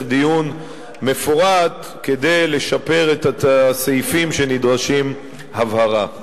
דיון מפורט כדי לשפר את הסעיפים שנדרשים להבהרה.